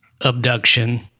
abduction